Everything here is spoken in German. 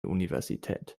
universität